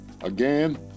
Again